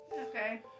Okay